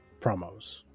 promos